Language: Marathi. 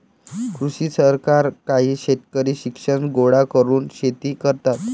कृषी सहकार काही शेतकरी शिक्षण गोळा करून शेती करतात